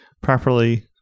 properly